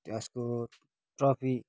त्यसको ट्रफि